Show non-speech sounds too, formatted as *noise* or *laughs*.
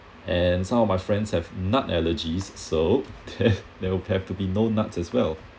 and some of my friends have nut allergies so *laughs* that will have to be no nuts as well